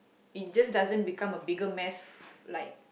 it just doesn't become a bigger mess like